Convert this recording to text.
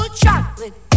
chocolate